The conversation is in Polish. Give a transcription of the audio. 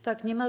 Tak, nie ma.